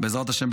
בעזרת השם,